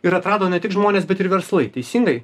ir atrado ne tik žmonės bet ir verslai teisingai